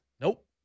Nope